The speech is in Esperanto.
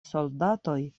soldatoj